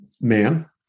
man